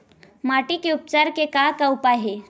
माटी के उपचार के का का उपाय हे?